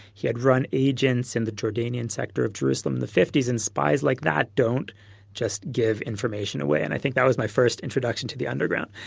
he had run agents in the jordanian sector of jerusalem in the fifty s and spies like that don't just give information away, and i think that was my first introduction to the underground.